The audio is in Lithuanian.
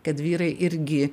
kad vyrai irgi